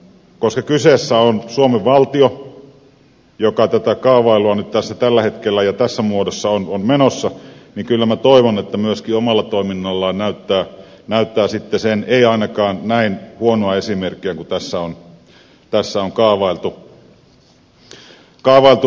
koska kyseessä on suomen valtio jonka toimesta tätä nyt tällä hetkellä kaavaillaan ja tämä tässä muodossa on menossa niin kyllä minä toivon että se myöskin omalla toiminnallaan näyttää muutakin ei ainakaan näin huonoa esimerkkiä kuin tässä on kaavailtu